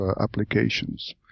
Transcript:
applications